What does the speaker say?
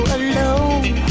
alone